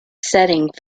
setting